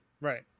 Right